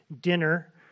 dinner